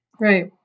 Right